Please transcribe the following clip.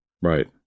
right